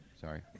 Sorry